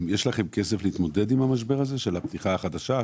יש לכם כסף להתמודד עם המשבר הזה של הפתיחה החדשה?